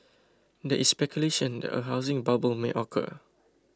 there is speculation that a housing bubble may occur